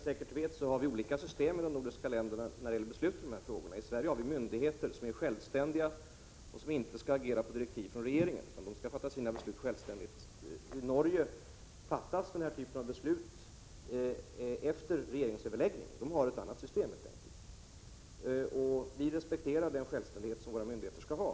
Herr talman! Som Britta Bjelle säkert vet har de nordiska länderna olika system när det gäller beslut i de här frågorna. I Sverige har vi myndigheter som är självständiga och som inte skall agera på direktiv från regeringen utan själva fatta sina beslut. I Norge fattas den här typen av beslut efter regeringsöverläggningar. Norge har helt enkelt ett annat system. Vi respekterar den självständighet som våra myndigheter skall ha.